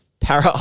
para